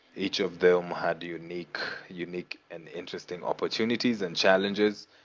each of them had unique unique and interesting opportunities and challenges.